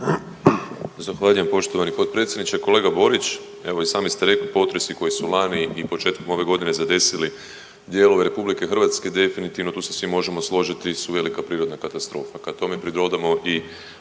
Zahvaljujem poštovani potpredsjedniče. Kolega Borić, evo i sami ste rekli potresi koji su lani i početkom ove godine zadesili dijelove RH definitivno tu se svi možemo složiti su velika prirodna katastrofa. Kad tome pridodamo i